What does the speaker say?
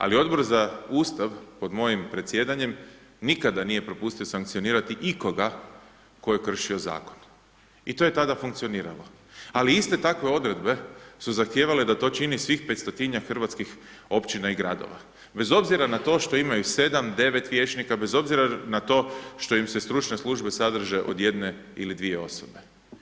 Ali Odbor za Ustav pod mojim predsjedanjem nikada nije propustio sankcionirani ikoga tko je kršio zakon i to je tada funkcioniralo, ali iste takve odredbe su zahtijevale da to čini svih 500 hrvatskih općina i gradova, bez obzira na to što imaju 7, 9 vijećnika, bez obzira na to što im se stručne službe sadrže od 1 ili 2 osobe.